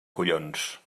collons